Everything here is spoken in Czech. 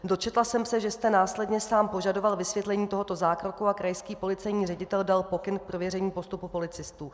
Dočetla jsem se, že jste následně sám požadoval vysvětlení tohoto zákroku a krajský policejní ředitel dal pokyn k prověření postupu policistů.